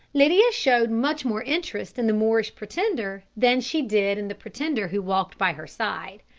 lydia showed much more interest in the moorish pretender than she did in the pretender who walked by her side.